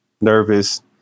nervous